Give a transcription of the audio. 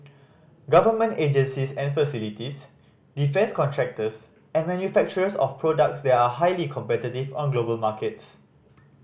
government agencies and facilities defence contractors and manufacturers of products that are highly competitive on global markets